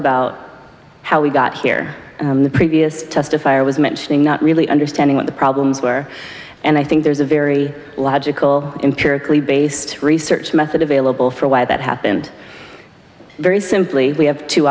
about how we got here the previous testifier was mentioning not really understanding what the problems were and i think there's a very logical imperiously based research method available for why that happened very simply we have two